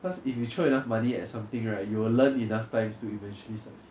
because if you throw enough money at something right you will learn enough times to eventually succeed